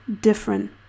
different